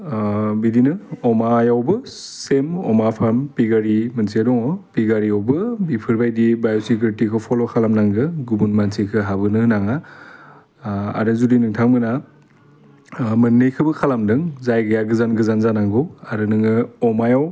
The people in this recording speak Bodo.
बिदिनो अमायावबो सेम अमा फार्म पिगारि मोनसे दङ पिगारियावनो बेफोरबायदि बाइसिकुरिटिखौ फल' खालामनांगो गुबुन मानसिखो हाबहोनो होनाङा आरो जुदि नोंथांमोना मोननैखौबो खालामदों जायगाया गोजान गोजान जानांगौ आरो नोङो अमायाव